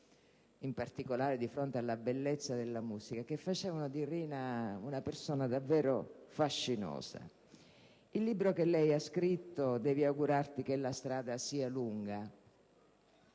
in particolare di fronte alla bellezza della musica, da farne una persona davvero fascinosa. Il libro che lei ha scritto, «Devi augurarti che la strada sia lunga»,